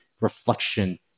reflection